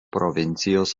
provincijos